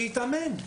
שיתאמן.